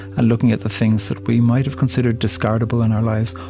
and looking at the things that we might have considered discardable in our lives,